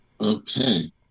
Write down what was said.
Okay